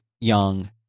young